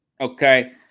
Okay